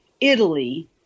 Italy